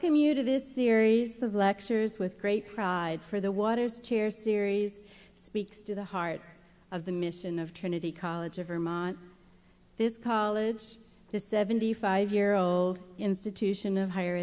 this series of lectures with great pride for the water chair series speaks to the heart of the mission of trinity college of vermont this college this seventy five year old institution of higher